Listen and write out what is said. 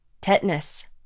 tetanus